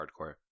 hardcore